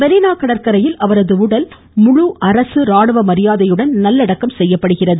மொீனா கடற்கரையில் அவரது உடல் முழு அரசு ராணுவ மரியாதையுடன் நல்லடக்கம் செய்யப்படுகிறது